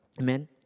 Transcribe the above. Amen